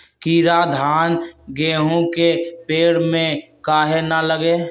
कीरा धान, गेहूं के पेड़ में काहे न लगे?